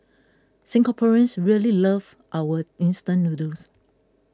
Singaporeans really love our instant noodles